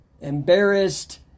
embarrassed